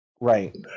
right